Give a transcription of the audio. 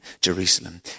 Jerusalem